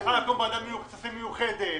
צריכה לקום ועדת כספים מיוחדת.